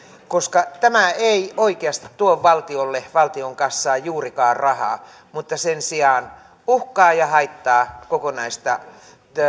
koska tämä ei oikeasti tuo valtiolle valtion kassaan juurikaan rahaa mutta sen sijaan uhkaa ja haittaa kokonaista